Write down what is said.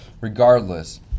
Regardless